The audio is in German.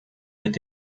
mit